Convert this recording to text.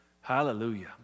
Hallelujah